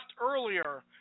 earlier